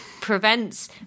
prevents